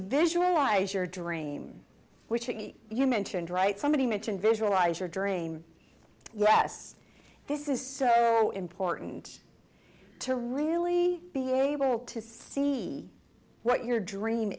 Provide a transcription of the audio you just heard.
visualize your dream which you mentioned right somebody mentioned visualize your dream yes this is so important to really be able to see what your dream